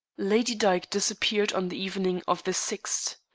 lady dyke disappeared on the evening of the sixth!